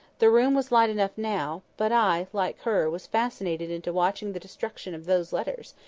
the room was light enough now but i, like her, was fascinated into watching the destruction of those letters,